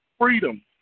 freedom